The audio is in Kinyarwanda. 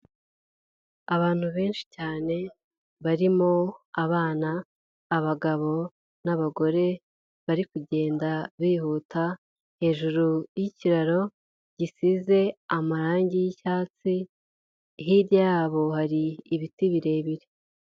Abantu benshi cyane, barimo abana, abagabo n'abagore, bari kugenda bihuta, hejuru y'ikiraro gisize amarangi y'icyatsi, hirya yabo hari ibiti birebire.